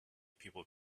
people